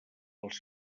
pels